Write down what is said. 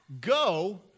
Go